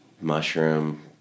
Mushroom